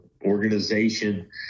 organization